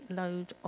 load